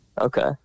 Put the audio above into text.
okay